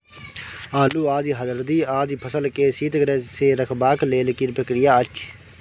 आलू, आदि, हरदी आदि फसल के शीतगृह मे रखबाक लेल की प्रक्रिया अछि?